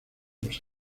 los